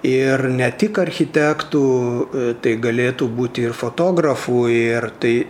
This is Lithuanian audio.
ir ne tik architektų tai galėtų būti ir fotografų ir tai